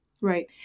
Right